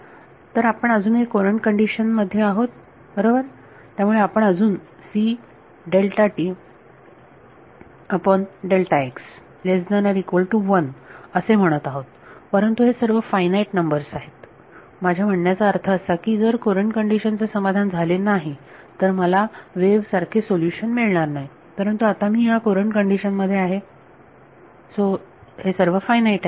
तर आपण अजूनही कुरंट कंडिशन मध्ये आहोत बरोबर त्यामुळे आपण अजून असे म्हणत आहोत परंतु हे सर्व फाईनाईट नंबर आहेत माझ्या म्हणण्याचा अर्थ असा की जर कुरंट कंडिशन चे समाधान झाले नाही तर मला वेव्ह सारखे सोल्युशन मिळणार नाही परंतु आता मी ह्या कुरंट कंडिशन मध्ये आहे पण हे सर्व फायनाईट आहेत